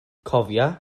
cofia